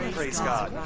praise god!